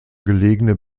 gelegene